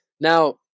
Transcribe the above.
Now